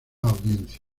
audiencia